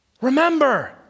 remember